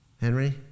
Henry